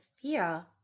fear